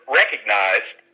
recognized